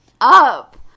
up